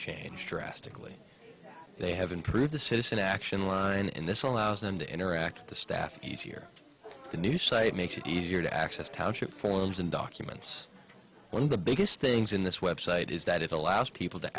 changed drastically they have increased the citizen action line and this allows them to interact with the staff each year the new site makes it easier to access township forms and documents one of the biggest things in this web site is that it's allows people to